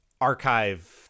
Archive